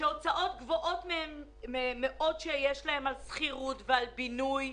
שיש להם הוצאות גבוהות על שכירות ועל בינוי.